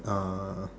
uh